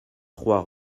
trois